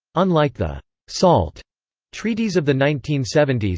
unlike the salt treaties of the nineteen seventy s,